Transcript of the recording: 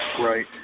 Right